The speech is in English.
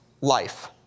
life